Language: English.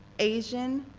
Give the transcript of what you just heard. asian,